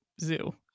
zoo